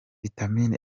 vitamin